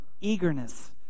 eagerness